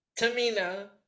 Tamina